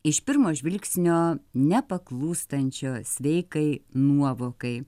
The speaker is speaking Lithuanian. iš pirmo žvilgsnio nepaklūstančio sveikai nuovokai